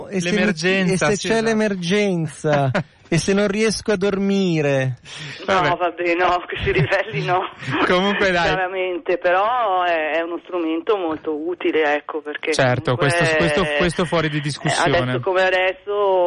E se mi- e se L'emergenza, sì, c'è esatto. l'emergenza, e se non riesco a dormire? No, Vabbè. vabbè, no, questi livelli no. Comunque, dai. Chiaramente, però è- è uno strumento molto utile, ecco, perché Certo, comunque questo- questo- è- questo fuori di eh, adesso discussione. come adesso,